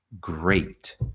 great